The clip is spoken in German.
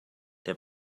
der